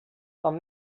com